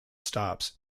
stops